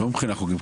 לא מבחינה חוקית,